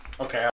Okay